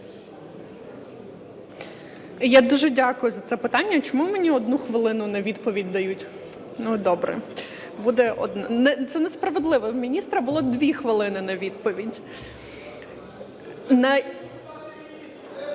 Я дуже дякую за це питання. Чому мені 1 хвилину на відповідь дають? Ну, добре. Це несправедливо, у міністра було 2 хвилини на відповідь. (Шум